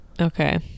Okay